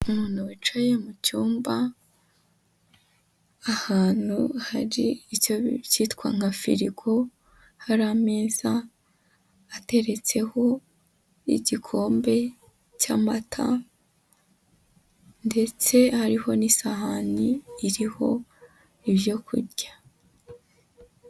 Umuntu wicaye mu cyumba, ahantu hari icyitwa nka firigo, hari ameza, ateretseho igikombe cy'amata, ndetse hariho n'isahani iriho ibyo kurya.